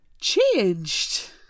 changed